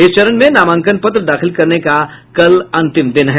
इस चरण में नामांकन पत्र दाखिल करने का कल अंतिम दिन है